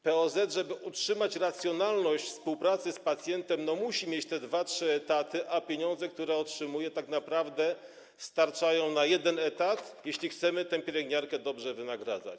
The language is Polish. POZ, żeby utrzymać racjonalność współpracy z pacjentem, musi mieć te dwa, trzy etaty, a pieniądze, które otrzymuje, tak naprawdę starczają na jeden etat, jeśli chcemy tę pielęgniarkę dobrze wynagradzać.